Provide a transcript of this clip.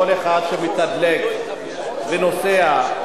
כל אחד שמתדלק ונוסע,